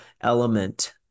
element